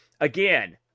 again